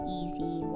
easy